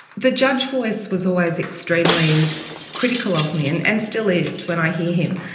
the judge voice was always extremely critical of me, and and still is when i hear him.